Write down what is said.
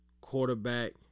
quarterback